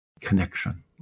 connection